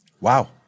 Wow